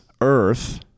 earth